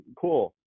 cool